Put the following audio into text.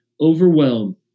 Overwhelm